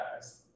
guys